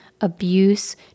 abuse